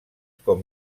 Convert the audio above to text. com